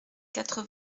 quatre